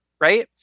right